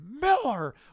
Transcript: miller